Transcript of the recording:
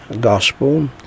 Gospel